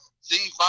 see